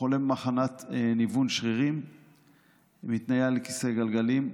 חולה במחלת ניוון שרירים ומתנייע על כיסא גלגלים.